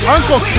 Uncle